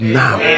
now